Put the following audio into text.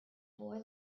boy